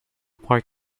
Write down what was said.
park